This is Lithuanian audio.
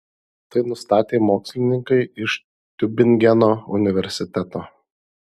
tai nustatė mokslininkai iš tiubingeno universiteto